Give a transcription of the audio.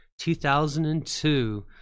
2002